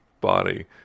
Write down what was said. body